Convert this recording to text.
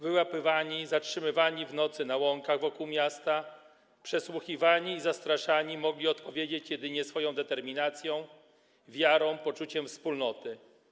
Wyłapywani, zatrzymywani w nocy na łąkach wokół miasta, przesłuchiwani i zastraszani mogli odpowiedzieć jedynie swoją determinacją, wiarą, poczuciem wspólnoty.